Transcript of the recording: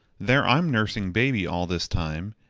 there i'm nursing baby all this time,